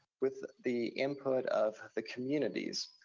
with the input of the communities.